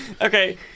Okay